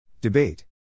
Debate